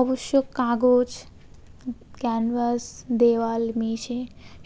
অবশ্য কাগজ ক্যানভাস দেওয়াল মেঝে